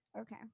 Okay